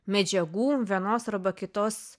medžiagų vienos arba kitos